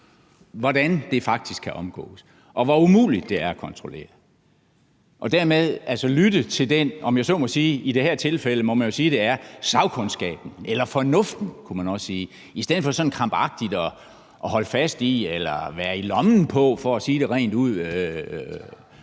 hvordan det faktisk kan omgås, og hvor umuligt det er at kontrollere og hermed i det her tilfælde lytte til den sagkundskab eller fornuft, i stedet for sådan krampagtigt at holde fast i det eller være i lommen på – for at sige det rent ud